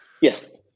Yes